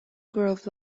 grove